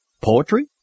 poetry